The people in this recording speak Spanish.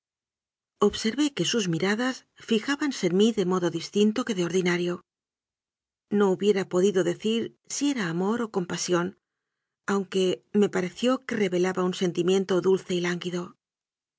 observé que sus miradas fijábanse en mí de modo distinto que de ordinario no hubiera podido decir si era amor o compasión aunque me pareció que revelaba un sentimiento dulce y lánguido yo